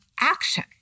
action